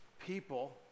people